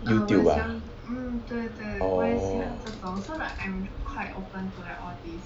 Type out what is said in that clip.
Youtube ah orh